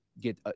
get